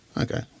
Okay